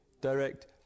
direct